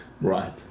Right